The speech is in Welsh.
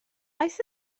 oes